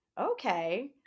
Okay